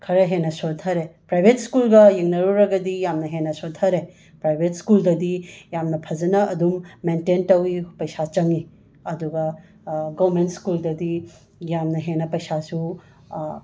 ꯈꯔ ꯍꯦꯟꯅ ꯁꯣꯊꯔꯦ ꯄ꯭ꯔꯥꯏꯕꯦꯠ ꯁ꯭ꯀꯨꯜꯒ ꯌꯦꯡꯅꯔꯨꯔꯒꯗꯤ ꯌꯥꯝꯅ ꯍꯦꯟꯅ ꯁꯣꯊꯔꯦ ꯄ꯭ꯔꯥꯏꯕꯦꯠ ꯁ꯭ꯀꯨꯜꯗꯗꯤ ꯌꯥꯝꯅ ꯐꯖꯅ ꯑꯗꯨꯝ ꯃꯦꯟꯇꯦꯟ ꯇꯧꯏ ꯄꯩꯁꯥ ꯆꯪꯏ ꯑꯗꯨꯒ ꯒꯣꯔꯃꯦꯟ ꯁ꯭ꯀꯨꯜꯗꯗꯤ ꯌꯥꯝꯅ ꯍꯦꯟꯅ ꯄꯩꯁꯥꯁꯨ